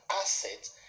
asset